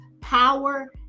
power